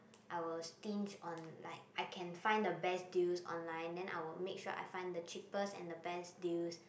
I will stinge on like I can find the best deals online then I will make sure I find the cheapest and the best deals